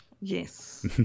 Yes